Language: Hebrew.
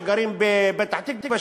שגרים בפתח-תקווה,